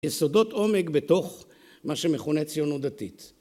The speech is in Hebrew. יסודות עומק בתוך מה שמכונה ציונות דתית.